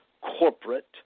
corporate